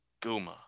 Guma